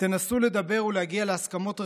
תנסו לדבר ולהגיע להסכמות רחבות,